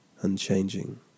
Unchanging